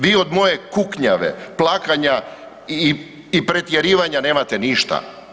Vi od moje kuknjave, plakanja i pretjerivanja nemate ništa.